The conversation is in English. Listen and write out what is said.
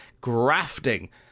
grafting